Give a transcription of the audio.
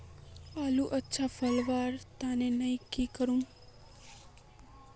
आलूर अच्छा फलवार तने नई की करूम?